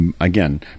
again